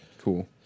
Cool